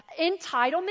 Entitlement